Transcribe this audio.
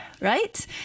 right